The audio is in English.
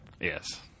Yes